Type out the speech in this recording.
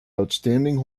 outstanding